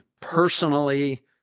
personally